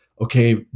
okay